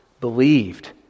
believed